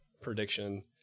prediction